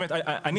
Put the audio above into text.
איתמר אולי מכיר,